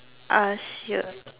ask you a